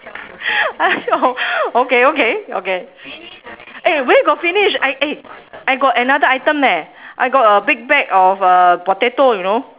!aiyo! okay okay okay eh where got finish I eh I got another item leh I got a big bag of uh potato you know